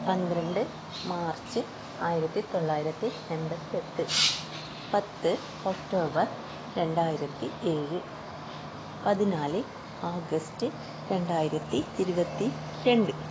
പന്ത്രണ്ട് മാർച്ച് ആയിരത്തി തൊള്ളായിരത്തി എൺപത്തെട്ട് പത്ത് ഒക്ടോബർ രണ്ടായിരത്തി ഏഴ് പതിനാല് ആഗസ്റ്റ് രണ്ടായിരത്തി ഇരുപത്തി രണ്ട്